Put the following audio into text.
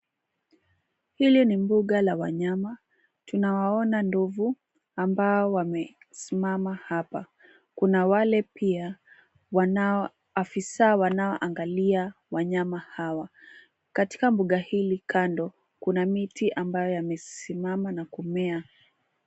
Hili ni mbuga la wanyama tunawaona ndovu ambao wamesimama hapa. Kuna wale pia wanao afisa wanaoangalia wanyama hawa, katika mbuga hili kando kuna miti ambayo yamesimama na kumea.